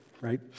right